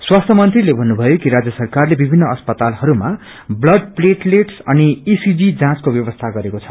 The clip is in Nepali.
स्वास्थ मंत्रीले भन्नुभयो कि राज्य सरकारले विभिन्न अस्पतालहरूमा ब्लड प्लेटलेट्स अनि ईसीजी जाँचको ब्यवस्था गरेको छ